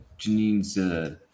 Janine's